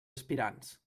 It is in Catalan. aspirants